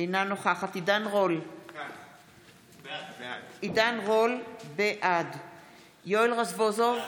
אינה נוכחת עידן רול, בעד יואל רזבוזוב,